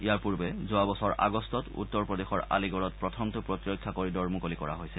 ইয়াৰ পূৰ্বে যোৱা বছৰ আগষ্টত উত্তৰ প্ৰদেশৰ আলিগড়ত প্ৰথমটো প্ৰতিৰক্ষা কৰিডৰ মুকলি কৰা হৈছিল